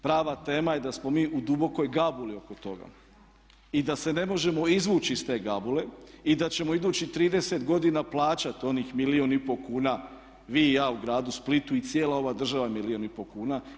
Prava tema je da smo mi u dubokoj gabuli oko toga i da se ne možemo izvući iz te gabule i da ćemo idućih 30 godina plaćati onih milijun i pol kuna vi i ja u gradu Splitu i cijela ova država milijun i pol kuna.